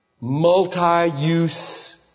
multi-use